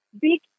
big